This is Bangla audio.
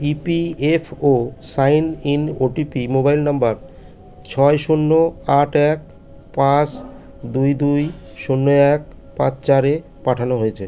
EPFO sign in OTP mobile number ছয় শূন্য আট এক পাঁচ দুই দুই শূন্য এক পাঁচ চারে পাঠানো হয়েছে